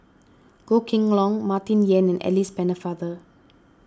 Goh Kheng Long Martin Yan and Alice Pennefather